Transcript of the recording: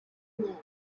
night